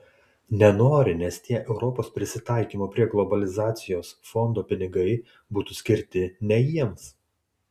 nenori nes tie europos prisitaikymo prie globalizacijos fondo pinigai būtų skirti ne jiems